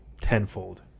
tenfold